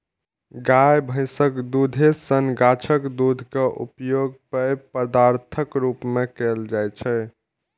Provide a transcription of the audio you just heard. गाय, भैंसक दूधे सन गाछक दूध के उपयोग पेय पदार्थक रूप मे कैल जाइ छै